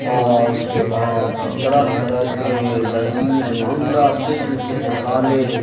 اور اس کے بعد پھر طرح طرح کے لذیذ و عمدہ قسم کے مسالے